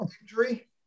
injury